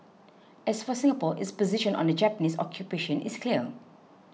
as for Singapore its position on the Japanese occupation is clear